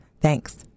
Thanks